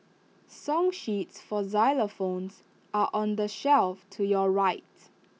song sheets for xylophones are on the shelf to your right